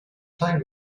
time